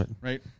right